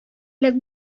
элек